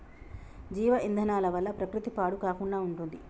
జీవ ఇంధనాల వల్ల ప్రకృతి పాడు కాకుండా ఉంటుంది